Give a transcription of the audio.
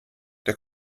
der